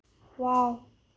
ꯋꯥꯎ